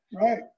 Right